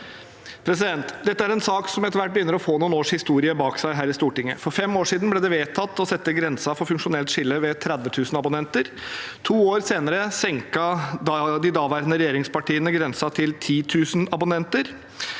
virksomhet. Dette er en sak som etter hvert begynner å få noen års historie bak seg her i Stortinget. For fem år siden ble det vedtatt å sette grensen for funksjonelt skille ved 30 000 abonnenter. To år senere senket de daværende regjeringspartiene grensen til 10 000 abonnenter.